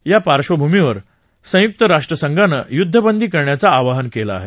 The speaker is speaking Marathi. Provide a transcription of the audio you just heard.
या पार्श्वभूमीवर संयुक्त राष्ट्रसंघानं युद्धबंदी करण्याचं आवाहन केलं आहे